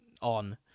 on